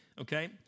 okay